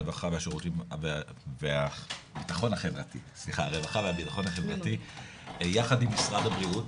הרווחה והביטחון החברתי יחד עם משרד הבריאות